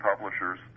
publishers